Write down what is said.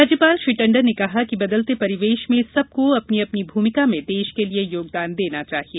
राज्यपाल श्री टंडन ने कहा कि बदलते परिवेश में सबको अपनी अपनी भूमिका में देश के लिए योगदान देना चाहिए